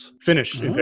finished